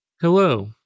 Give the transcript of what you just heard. Hello